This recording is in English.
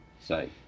say